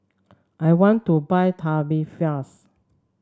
I want to buy Tubifast